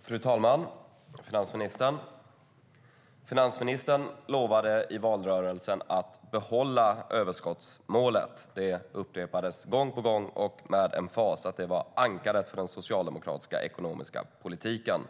Fru talman! Finansministern lovade i valrörelsen att behålla överskottsmålet. Det upprepades gång på gång och med emfas att det var ankaret för den socialdemokratiska ekonomiska politiken.